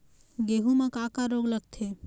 गेहूं म का का रोग लगथे?